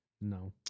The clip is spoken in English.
No